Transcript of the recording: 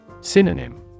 Synonym